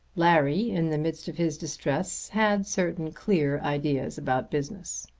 larry in the midst of his distress had certain clear ideas about business.